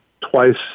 twice